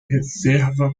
reserva